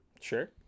Sure